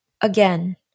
Again